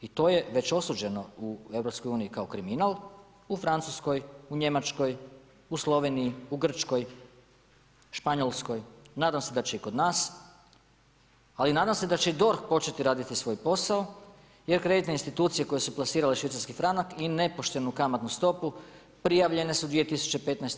I to je već osuđeno u EU kao kriminal u Francuskoj, u Njemačkoj, u Sloveniji, u Grčkoj, Španjolskoj, nadam se da će i kod nas, ali nadam se da će i DORH početi raditi svoj posao, jer kreditne institucije koje su plasirale švicarski franak i nepoštenu kamatnu stopu, prijavljene su 2015.